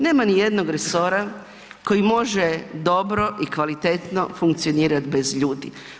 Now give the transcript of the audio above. Nema ni jednog resora koji može dobro i kvalitetno funkcionirati bez ljudi.